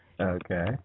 Okay